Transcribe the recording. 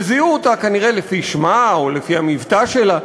זיהו אותה כנראה לפי שמה, או לפי המבטא שלה.